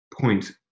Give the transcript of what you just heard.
Point